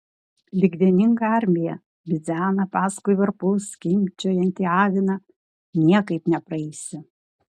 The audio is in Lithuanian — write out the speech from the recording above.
lyg vieninga armija bidzena paskui varpu skimbčiojantį aviną niekaip nepraeisi